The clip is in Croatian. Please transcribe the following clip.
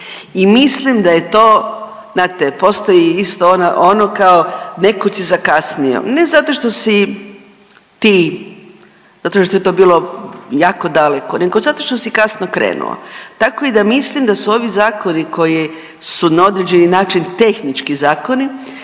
i mislim da je to, znate postoji isto ono kao nekud si zakasnio. Ne zato što si ti, zato što je to bilo jako daleko nego zato što si kasno krenuo. Tako i da mislim da su ovi zakoni koji su na određeni način tehnički zakoni